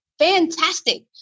Fantastic